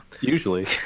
Usually